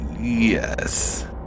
Yes